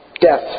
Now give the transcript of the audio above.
Death